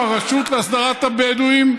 עם הרשות להסדרת התיישבות הבדואים,